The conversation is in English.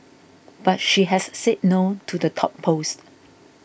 but she has said no to the top post